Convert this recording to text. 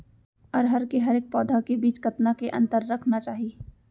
अरहर के हरेक पौधा के बीच कतना के अंतर रखना चाही?